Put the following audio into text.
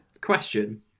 Question